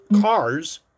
cars